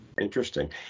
Interesting